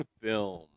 film